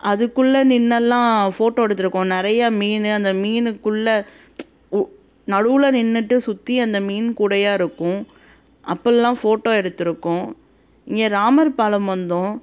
அதுக்குள்ளே நின்றெல்லாம் ஃபோட்டோ எடுத்திருக்கோம் நிறையா மீன் அந்த மீனுக்குள்ளே ஓ நடுவில் நின்றுட்டு சுற்றி அந்த மீன் கூடையாக இருக்கும் அப்பிடிலாம் ஃபோட்டோ எடுத்திருக்கோம் இங்கே ராமர் பாலம் வந்தோம்